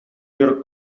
york